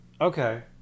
Okay